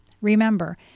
Remember